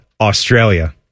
Australia